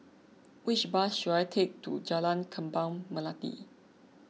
which bus should I take to Jalan Kembang Melati